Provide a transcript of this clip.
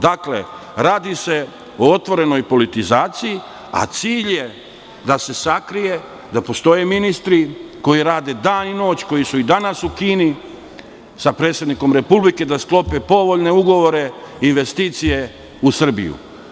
Dakle, radi se o otvorenoj politizaciji, a cilj je da se sakrije da postoje ministri koji rade dan i noć, koji su i danas u Kini sa predsednikom Republike, da sklope povoljne ugovore investicije u Srbiji.